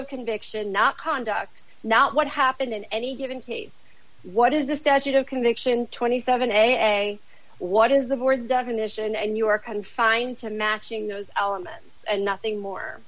of conviction not conduct not what happened in any given case what is the statute of conviction twenty seven a what is the board's definition and you are confined to matching those elements and nothing more